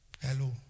Hello